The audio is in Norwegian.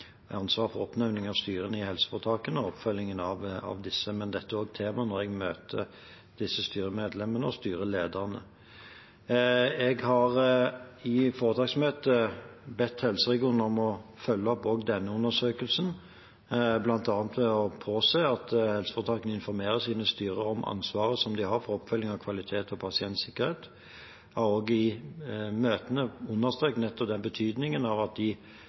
for å oppnevne styrene i helseforetakene og oppfølgingen av disse. Men dette er også tema når jeg møter disse styremedlemmene og styrelederne. Jeg har i foredragsmøte bedt helseregionene om å følge opp også denne undersøkelsen, bl.a. ved å påse at helseforetakene informerer sine styrer om ansvaret de har for oppfølging av kvalitet og pasientsikkerhet. Jeg har i møtene også understreket nettopp betydningen av at de